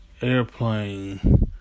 airplane